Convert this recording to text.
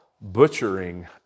butchering